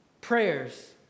prayers